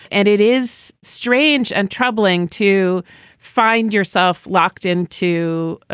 and it is strange and troubling to find yourself locked in to, ah